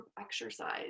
exercise